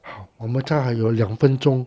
好我们这儿还有两分钟